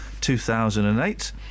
2008